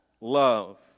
love